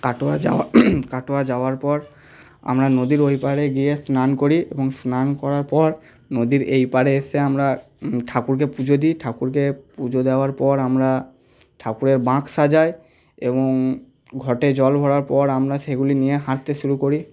কাটোয়া যাওয়া কাটোয়া যাওয়ার পর আমরা নদীর ওই পাড়ে গিয়ে স্নান করি এবং স্নান করার পর নদীর এই পাড়ে এসে আমরা ঠাকুরকে পুজো দিই ঠাকুরকে পুজো দেওয়ার পর আমরা ঠাকুরের বাঁক সাজাই এবং ঘটে জল ভরার পর আমরা সেগুলি নিয়ে হাঁটতে শুরু করি